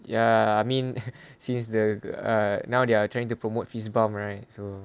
ya I mean since the the uh now they are trying to promote fist bump right so